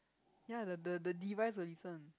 ya the the device will listen